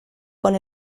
con